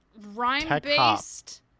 rhyme-based